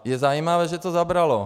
Je zajímavé, že to zabralo.